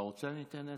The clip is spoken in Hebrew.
אתה רוצה, אני אתן עשר.